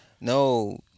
No